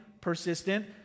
persistent